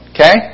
Okay